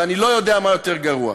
ואני לא יודע מה יותר גרוע.